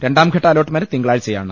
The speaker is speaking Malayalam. രണ്ടാംഘട്ട അലോട്ട്മെന്റ് തിങ്കളാ ഴ്ചയാണ്